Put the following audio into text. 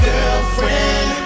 Girlfriend